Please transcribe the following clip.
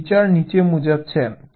તેથી વિચાર નીચે મુજબ છે